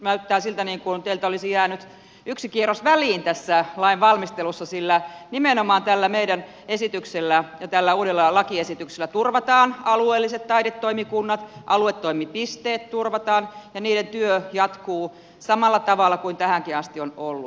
näyttää siltä niin kuin teiltä olisi jäänyt yksi kierros väliin tässä lain valmistelussa sillä nimenomaan tällä meidän esityksellämme ja tällä uudella lakiesityksellä turvataan alueelliset taidetoimikunnat aluetoimipisteet turvataan ja niiden työ jatkuu samalla tavalla kuin tähänkin asti on ollut